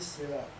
对 lah